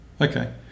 Okay